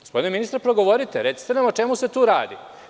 Gospodine ministre, progovorite, recite nam o čemu se tu radi.